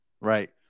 Right